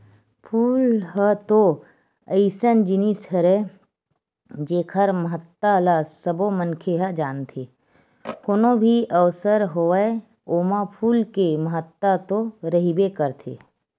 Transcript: फूल ह तो अइसन जिनिस हरय जेखर महत्ता ल सबो मनखे ह जानथे, कोनो भी अवसर होवय ओमा फूल के महत्ता तो रहिबे करथे